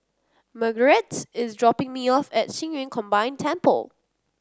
Marguerite is dropping me off at Qing Yun Combined Temple